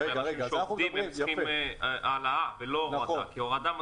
הם צריכים העלאה ולא הורדה כי הורדה,